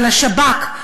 אבל השב"כ,